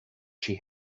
she